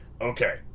Okay